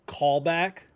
callback